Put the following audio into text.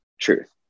truth